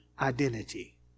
identity